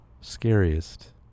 Scariest